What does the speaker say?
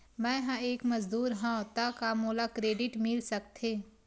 मैं ह एक मजदूर हंव त का मोला क्रेडिट मिल सकथे?